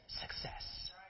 success